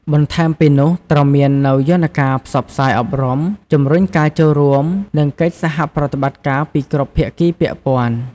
បន្ថែមពីនោះត្រូវមាននូវយន្តការផ្សព្វផ្សាយអប់រំ ជំរុញការចូលរួម និងកិច្ចសហប្រតិបត្តិការពីគ្រប់ភាគីពាក់ព័ន្ធ។